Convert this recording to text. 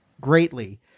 greatly